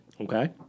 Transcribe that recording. Okay